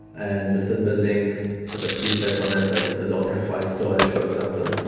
and we're still building sort of features on it, so we still don't have file storage, for example,